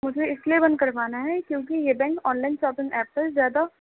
مجھے اس لیے بند کروانا ہے کیوںکہ یہ bank online shopping app پر زیادہ